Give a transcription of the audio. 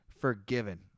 forgiven